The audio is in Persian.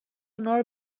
اونارو